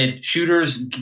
shooters